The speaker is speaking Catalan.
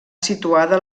situada